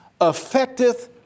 affecteth